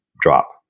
drop